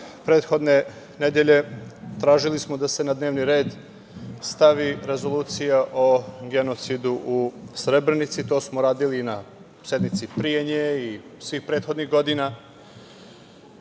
prethodne nedelje tražili smo da se na dnevni red stavi rezolucija o genocidu u Srebrenici. To smo radili i na sednici pre nje i svih prethodnih godina,